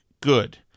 good